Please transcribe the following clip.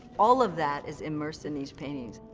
all of that is immersed in these paintings.